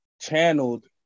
channeled